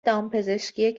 دامپزشکی